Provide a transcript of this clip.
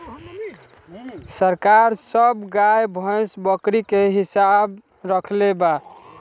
सरकार सब गाय, भैंस, बकरी के हिसाब रक्खले बा